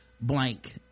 blank